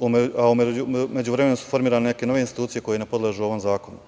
u međuvremenu su formirane neke nove institucije koje ne podležu ovom zakonu.